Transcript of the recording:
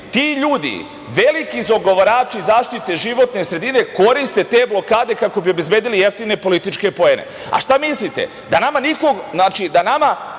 Ti ljudi, veliki zagovarači zaštite životne sredine koriste te blokade kako bi obezbedili jeftine političke poene. Šta misliti, da nama niko, ovde u